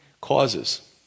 causes